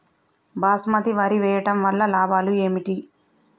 బాస్మతి వరి వేయటం వల్ల లాభాలు ఏమిటి?